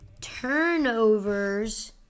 turnovers